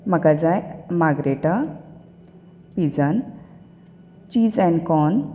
म्हाका जाय माग्रेटा पिझान चीज आनी कॉन